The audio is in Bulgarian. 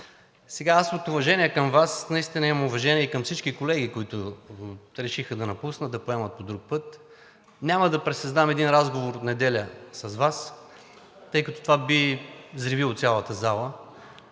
Сега, аз от уважение към Вас, наистина имам уважение към всички колеги, които решиха да напуснат и да поемат по друг път, няма да пресъздам един разговор от неделя с Вас, тъй като това би взривило цялата зала